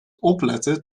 opletten